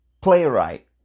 playwright